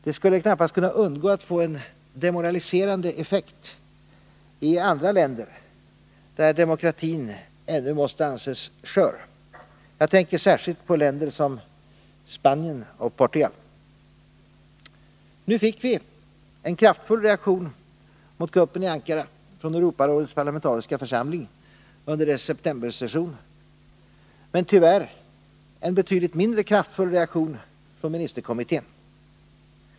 Det skulle knappast kunna undgå att få en demoraliserande effekt i andra länder, där demokratin ännu måste anses skör. Jag tänker särskilt på länder som Spanien och Portugal. Nu fick vi en kraftfull reaktion mot kuppen i Ankara från Europarådets parlamentariska församling under dess septembersession, men tyvärr en betydligt mindre kraftfull reaktion från ministerkommittén.